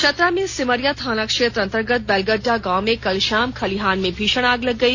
चतरा में सिमरिया थाना क्षेत्र अंतर्गत बैलगड्डा गांव में कल शाम खलिहान में भीषण आग लग गई